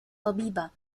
طبيبة